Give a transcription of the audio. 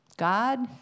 God